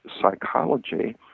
psychology